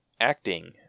acting